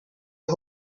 are